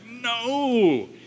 no